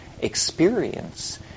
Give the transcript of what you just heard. experience